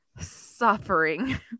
suffering